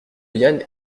yann